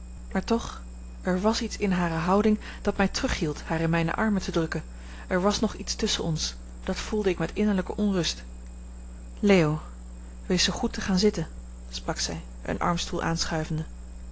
maar toch er was iets in hare houding dat mij terughield haar in mijne armen te drukken er was nog iets tusschen ons dat voelde ik met innerlijke onrust leo wees zoo goed te gaan zitten sprak zij een armstoel aanschuivende